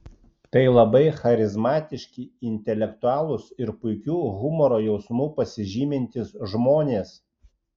tai labai charizmatiški intelektualūs ir puikiu humoro jausmu pasižymintys žmonės